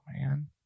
man